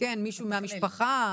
מישהו מהמשפחה,